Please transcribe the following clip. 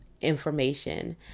information